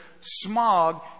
smog